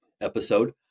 episode